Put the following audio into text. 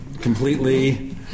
completely